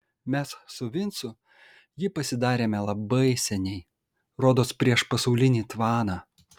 mes su vincu jį pasidarėme labai seniai rodos prieš pasaulinį tvaną